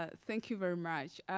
ah thank you very much.